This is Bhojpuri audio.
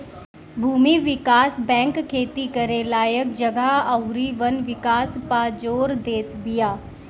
भूमि विकास बैंक खेती करे लायक जगह अउरी वन विकास पअ जोर देत बिया